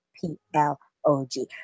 P-L-O-G